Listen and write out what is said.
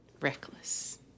Reckless